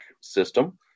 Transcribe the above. system